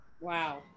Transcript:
Wow